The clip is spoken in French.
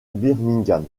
birmingham